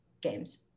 games